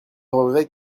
regrette